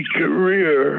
career